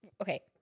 okay